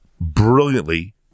brilliantly-